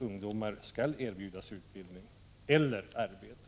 Ungdomar skall alltså erbjudas utbildning eller arbete.